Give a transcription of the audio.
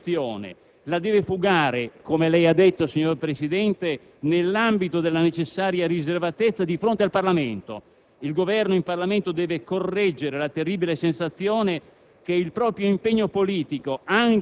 deve fugare questa terribile percezione e la deve fugare, come lei ha detto, signor Presidente, pur nell'ambito della necessaria riservatezza, di fronte al Parlamento. Il Governo in Parlamento deve correggere la terribile sensazione